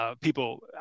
People